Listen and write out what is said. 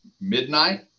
midnight